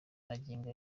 magingo